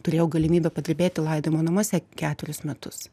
turėjau galimybę padirbėti laidojimo namuose keturis metus